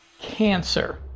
cancer